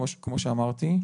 כמו שאמרתי,